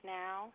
now